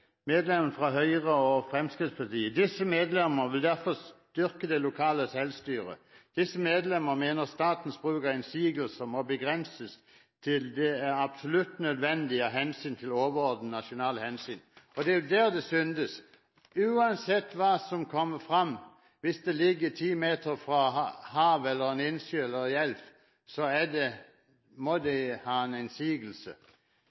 medlemmene fra Høyre og Fremskrittspartiet: «Disse medlemmer vil derfor styrke det lokale selvstyret. Disse medlemmer mener statens bruk av innsigelse må begrenses til der det er absolutt nødvendig av hensyn til overordnete nasjonale hensyn.» Det er jo der det syndes. Uansett hva som kommer fram, må de komme med en innsigelse hvis noe ligger ti meter fra havet, fra en innsjø eller en elv. Så